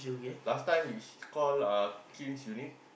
last time is call uh cleans unit